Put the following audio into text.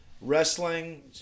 wrestling